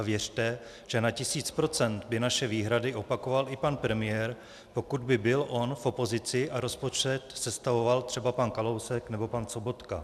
Věřte, že na tisíc procent by naše výhrady opakoval i pan premiér, pokud by byl on v opozici a rozpočet sestavoval třeba pan Kalousek nebo pan Sobotka.